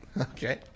okay